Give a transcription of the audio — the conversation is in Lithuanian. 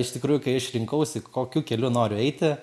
iš tikrųjų kai aš rinkausi kokiu keliu noriu eiti